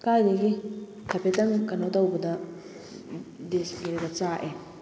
ꯀꯥꯏꯗꯒꯤ ꯍꯥꯏꯐꯦꯠꯇꯪ ꯀꯩꯅꯣ ꯇꯧꯕꯗ ꯗꯤꯁꯄ꯭ꯂꯦꯒ ꯆꯥꯛꯑꯦ